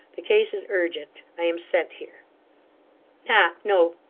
the case is urgent. i am sent here not no,